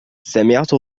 سمعت